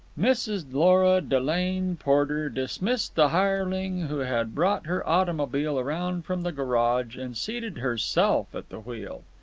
mrs. lora delane porter dismissed the hireling who had brought her automobile around from the garage and seated herself at the wheel.